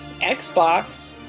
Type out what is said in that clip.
Xbox